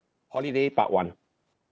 holiday part one